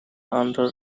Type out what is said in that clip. under